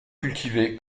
cultivé